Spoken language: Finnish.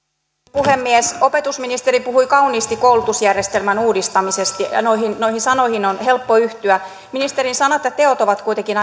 puhemies opetusministeri puhui kauniisti koulutusjärjestelmän uudistamisesta ja ja noihin noihin sanoihin on helppo yhtyä ministerin sanat ja teot ovat kuitenkin